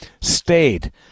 stayed